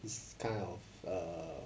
it's kind of err